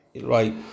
right